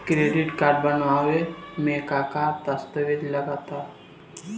Credit card बनवावे म का का दस्तावेज लगा ता?